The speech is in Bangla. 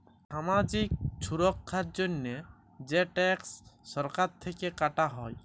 ছামাজিক ছুরক্ষার জন্হে যে ট্যাক্স সরকার থেক্যে কাটা হ্যয়